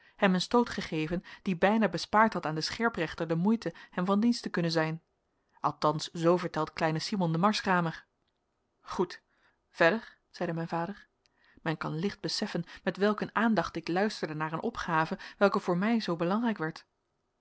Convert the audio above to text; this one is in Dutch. een stoot gegeven die bijna bespaard had aan den scherprechter de moeite hem van dienst te kunnen zijn althans zoo vertelt kleine simon de marskramer goed verder zeide mijn vader men kan licht beseffen met welk een aandacht ik luisterde naar een opgave welke voor mij zoo belangrijk werd